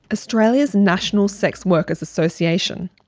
australia's national sex workers association.